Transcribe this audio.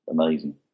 amazing